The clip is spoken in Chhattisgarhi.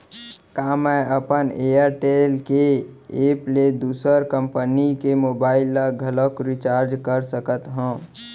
का मैं अपन एयरटेल के एप ले दूसर कंपनी के मोबाइल ला घलव रिचार्ज कर सकत हव?